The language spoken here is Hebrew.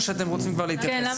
או שאתם רוצים כבר להתייחס?